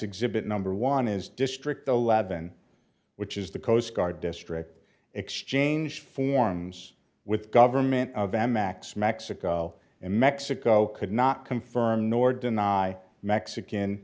exhibit number one is district the leaven which is the coast guard district exchange forms with government of m x mexico and mexico could not confirm nor deny mexican